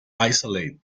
isolated